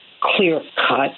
clear-cut